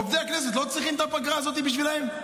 עובדי הכנסת לא צריכים את הפגרה הזאת בשבילם?